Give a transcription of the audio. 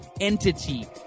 entity